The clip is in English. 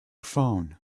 phone